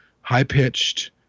high-pitched